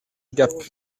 gap